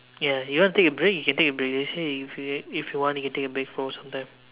ya you want to take a break you can take a break they say if you want you can take a break for some time